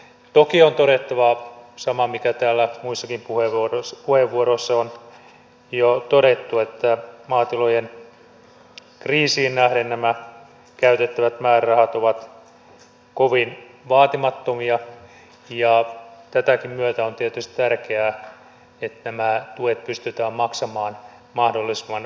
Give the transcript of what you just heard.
toki on todettava sama mikä täällä muissakin puheenvuoroissa on jo todettu että maatilojen kriisiin nähden nämä käytettävät määrärahat ovat kovin vaatimattomia ja tämänkin myötä on tietysti tärkeää että nämä tuet pystytään maksamaan mahdollisimman pikaisesti